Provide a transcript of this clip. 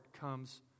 comes